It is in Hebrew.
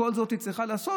את כל זאת היא צריכה לעשות,